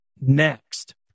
Next